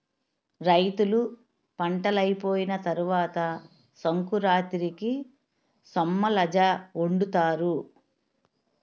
రైతులు పంటలైపోయిన తరవాత సంకురాతిరికి సొమ్మలజావొండుతారు